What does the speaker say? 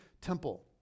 temple